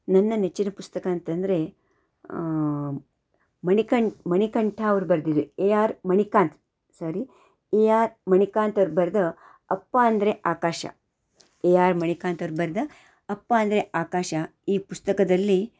ನನ್ನ ನೆಚ್ಚಿನ ಪುಸ್ತಕ ಅಂತಂದರೆ ಮಣಿಕಂಠ ಮಣಿಕಂಠ ಅವರು ಬರೆದಿದ್ದು A R Manikanth sorry A R Manikanth ಅವ್ರು ಬರೆದ ಅಪ್ಪ ಅಂದ್ರೆ ಆಕಾಶ ಎ ಆರ್ ಮಣಿಕಾಂತವ್ರು ಬರೆದ ಅಪ್ಪ ಅಂದ್ರೆ ಆಕಾಶ ಈ ಪುಸ್ತಕದಲ್ಲಿ